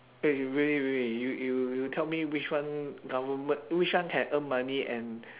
is really really you you you tell me which one government which one can earn money and